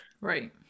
Right